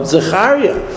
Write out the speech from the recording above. Zechariah